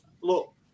look